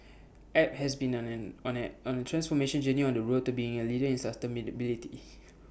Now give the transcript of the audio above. app has been on an on at on transformation journey on the road to being A leader in sustainability